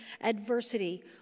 adversity